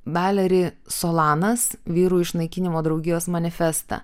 meleri solanos vyrų išnaikinimo draugijos manifestą